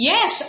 Yes